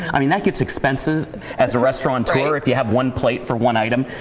i mean that gets expensive as a restaurant owner if you have one plate for one item.